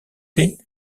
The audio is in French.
est